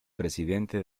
presidente